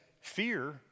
fear